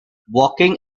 walking